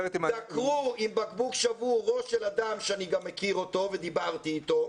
דקרו עם בקבוק שבור ראש של אדם שאני גם מכיר אותו ודיברתי איתו,